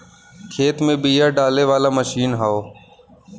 खेत में बिया डाले वाला मशीन हौ